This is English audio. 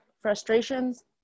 frustrations